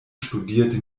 studierte